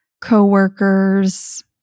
coworkers